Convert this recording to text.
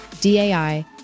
DAI